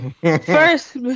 First